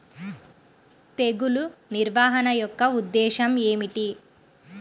తెగులు నిర్వహణ యొక్క ఉద్దేశం ఏమిటి?